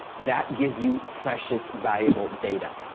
that gives you precious valuable data.